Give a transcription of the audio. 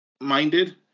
minded